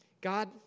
God